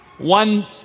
One